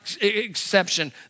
exception